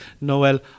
Noel